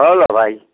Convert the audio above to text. hello भाइ